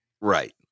Right